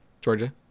Georgia